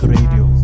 Radio